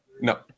No